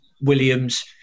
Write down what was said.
Williams